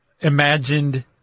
imagined